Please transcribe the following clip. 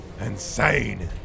insane